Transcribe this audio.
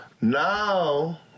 Now